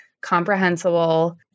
comprehensible